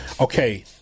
Okay